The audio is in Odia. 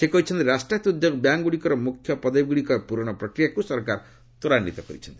ସେ କହିଛନ୍ତି ରାଷ୍ଟ୍ରାୟତ୍ତ ଉଦ୍ୟୋଗ ବ୍ୟାଙ୍କ୍ଗୁଡ଼ିକର ମୁଖ୍ୟ ପଦବୀଗୁଡ଼ିକ ପୂରଣ ପ୍ରକ୍ରିୟାକୁ ସରକାର ତ୍ୱରାନ୍ୱିତ କରିଛନ୍ତି